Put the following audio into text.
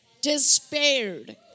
despaired